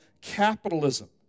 capitalism